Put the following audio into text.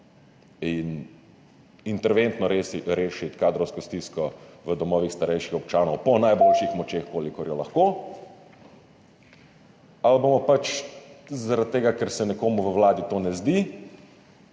in interventno rešiti kadrovsko stisko v domovih starejših občanov po najboljših močeh, kolikor je lahko, ali bomo pač zaradi tega, ker se nekomu v vladi to ne zdi,